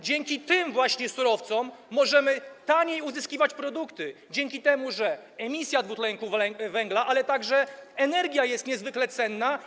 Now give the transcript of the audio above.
Dzięki tym właśnie surowcom możemy taniej uzyskiwać produkty dzięki temu, że emisja dwutlenku węgla, ale także energia, która jest niezwykle cenna.